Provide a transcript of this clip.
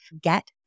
Get